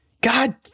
God